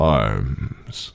arms